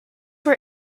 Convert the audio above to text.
were